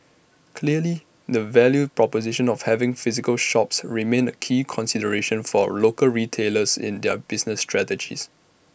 clearly the value proposition of having physical shops remains A key consideration for local retailers in their business strategies